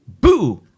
boo